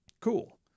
Cool